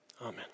Amen